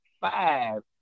five